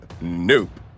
Nope